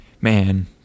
man